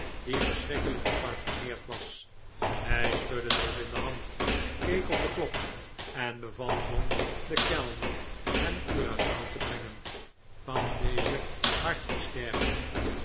die verschrikkelijk geparfumeerd was hij schudde dobbin de hand keek op de klok en beval john den kellner hem curagao te brengen van deze